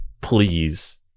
please